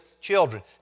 children